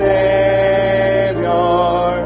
Savior